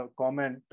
comment